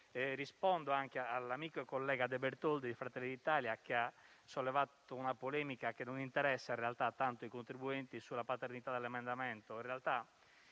Rispondo anche all'amico e collega De Bertoldi di Fratelli d'Italia, che ha sollevato una polemica che non interessa tanto i contribuenti sulla paternità l'emendamento.